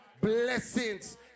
blessings